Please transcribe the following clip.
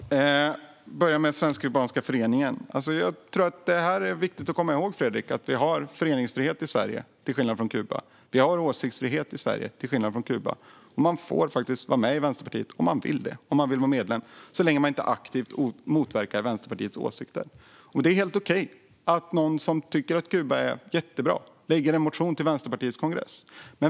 Herr ålderspresident! Jag börjar med Svensk-Kubanska Föreningen. Jag tror att det är viktigt att komma ihåg, Fredrik, att vi har föreningsfrihet och åsiktsfrihet i Sverige, till skillnad från på Kuba. Man får faktiskt vara medlem i en förening så länge man inte aktivt motverkar Vänsterpartiets åsikter. Det är helt okej att någon som tycker att Kuba är jättebra väcker en motion till Vänsterpartiets kongress.